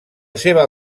seva